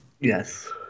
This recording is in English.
Yes